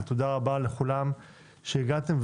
תודה רבה לכולם שהגעתם.